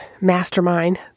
mastermind